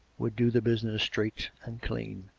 would do the business straight and clean.